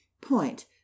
Point